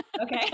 Okay